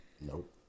nope